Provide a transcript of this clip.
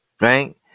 Right